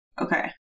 Okay